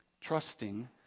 trusting